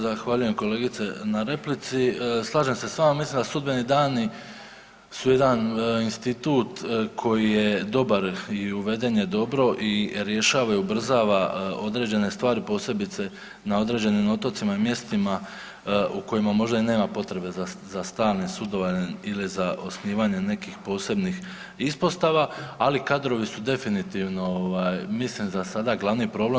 Zahvaljujem kolegice na replici, slažem se s vama mislim da sudbeni dani su jedan institut koji je dobar i uveden je dobro i rješava i ubrzava određene stvari posebice na određenim otocima i mjestima u kojima možda ni nema potrebe za stalnim sudovanjem ili za osnivanjem nekih posebnih ispostava, ali kadrovi su definitivno ovaj mislim za sada glavni problem.